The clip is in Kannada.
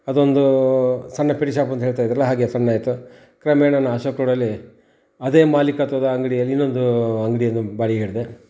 ಅದೊಂದೂ ಸಣ್ಣ ಪೆಟ್ಟಿ ಶಾಪ್ ಅಂತ ಹೇಳ್ತಾಯಿದ್ರಲ್ಲ ಹಾಗೆಯೆ ಸಣ್ಣ ಆಯಿತು ಕ್ರಮೇಣ ನಾ ಅಶೋಕ ರೋಡಲ್ಲಿ ಅದೇ ಮಾಲಿಕತ್ವದ ಅಂಗ್ಡಿಯಲ್ಲಿ ಇನ್ನೊಂದೂ ಅಂಗ್ಡಿಯನ್ನು ಬಾಡಿಗೆ ಹಿಡಿದೆ